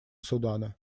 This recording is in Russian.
судана